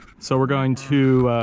so we're going to,